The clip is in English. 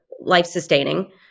life-sustaining